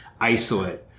isolate